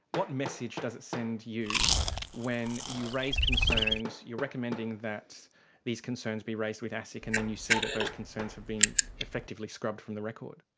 what message does it send you when you raise concerns you're recommending that these concerns be raised with asic and then you see that those concerns have been effectively scrubbed from the record?